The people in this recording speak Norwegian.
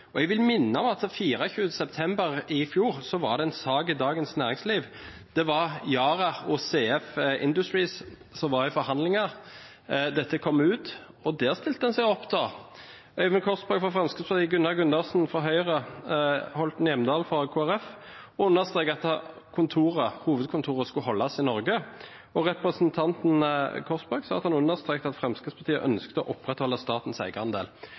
Jeg vil minne om at 24. september i fjor var det en sak i Dagens Næringsliv – det var Yara og CF Industries som var i forhandlinger. Dette kom ut, og der stilte man seg opp – Øyvind Korsberg fra Fremskrittspartiet, Gunnar Gundersen fra Høyre og Line Henriette Hjemdal fra Kristelig Folkeparti – og understreket at hovedkontoret skulle beholdes i Norge. Og representanten Korsberg understreket at Fremskrittspartiet ønsket å opprettholde statens